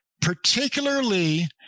particularly